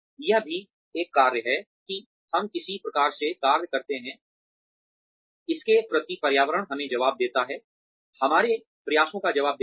यह भी एक कार्य है कि हम किस प्रकार से कार्य करते हैंइसके प्रति पर्यावरण हमें जवाब देता है हमारे प्रयासों का जवाब देता है